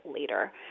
later